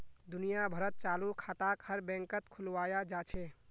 दुनिया भरत चालू खाताक हर बैंकत खुलवाया जा छे